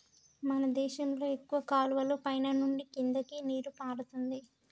మన దేశంలో ఎక్కువ కాలువలు పైన నుండి కిందకి నీరు పారుతుంది